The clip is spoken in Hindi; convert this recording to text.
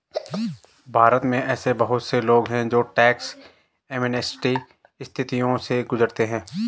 भारत में ऐसे बहुत से लोग हैं जो टैक्स एमनेस्टी स्थितियों से गुजरते हैं